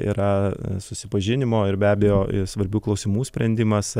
yra susipažinimo ir be abejo svarbių klausimų sprendimas